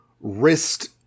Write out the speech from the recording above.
wrist